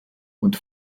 und